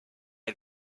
had